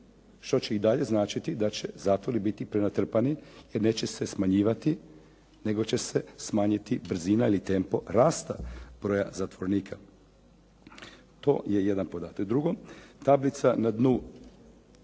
što će i dalje značiti da će zatvori biti prenatrpani jer neće se smanjiti brzina ili tempo rasta broja zatvorenika. To je jedan podatak.